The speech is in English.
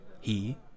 He